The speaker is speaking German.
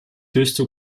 höchste